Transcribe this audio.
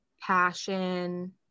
passion